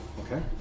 Okay